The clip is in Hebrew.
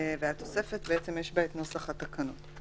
התוספת היא הנוסח של התקנות.